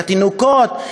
לתינוקות,